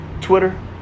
Twitter